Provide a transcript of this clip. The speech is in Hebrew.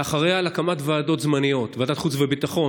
ואחריה, על הקמת ועדות זמניות: ועדת חוץ וביטחון,